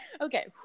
Okay